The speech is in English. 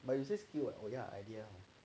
but you said skill [what] 你的 idea ah